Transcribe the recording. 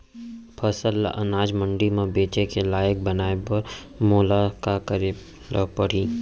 फसल ल अनाज मंडी म बेचे के लायक बनाय बर मोला का करे ल परही?